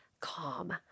calm